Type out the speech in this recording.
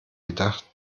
gedacht